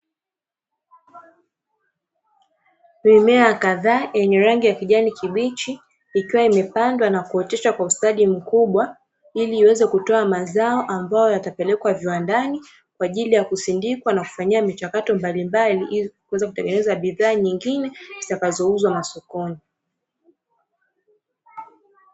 Mimea kadhaa yenye rangi ya kijani kibichi ikiwa imepandwa na kuoteshwa kwa ustadi mkubwa, ili iweze kutoa mazao ambayo yatapelekwa viwandani kwa ajili ya kusindikwa na kufanyia michakato mbalimbali ili iweze kutengeneza bidhaa nyingine zitakazouzwa masokoni.